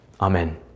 Amen